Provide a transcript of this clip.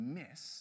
miss